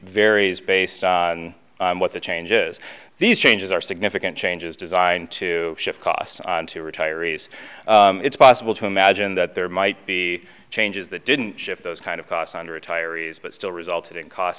varies based on what the change is these changes are significant changes designed to shift costs onto retirees it's possible to imagine that there might be changes that didn't shift those kind of casandra tyreese but still resulted in cost